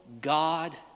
God